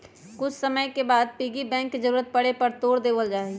कुछ समय के बाद पिग्गी बैंक के जरूरत पड़े पर तोड देवल जाहई